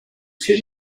two